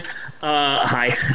hi